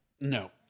No